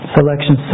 Selection